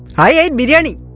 i ate biriyani